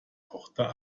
tochter